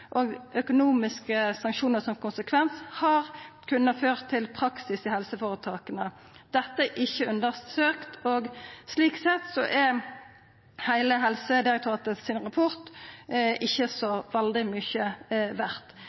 med økonomiske sanksjonar som konsekvens, har ført til praksisen i helseføretaka. Dette er ikkje undersøkt, og slik sett er rapporten frå Helsedirektoratet ikkje så veldig mykje